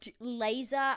Laser